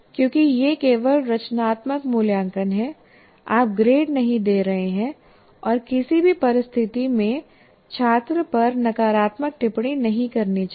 क्योंकि यह केवल रचनात्मक मूल्यांकन है आप ग्रेड नहीं दे रहे हैं और किसी भी परिस्थिति में छात्र पर नकारात्मक टिप्पणी नहीं करनी चाहिए